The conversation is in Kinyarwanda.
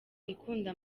ikunda